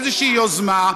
איזו יוזמה,